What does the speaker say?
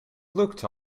looked